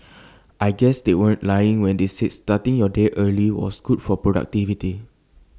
I guess they weren't lying when they said starting your day early was good for productivity